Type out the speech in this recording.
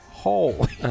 Holy